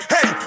Hey